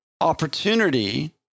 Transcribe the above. opportunity